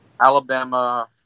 Alabama